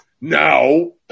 Now